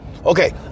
Okay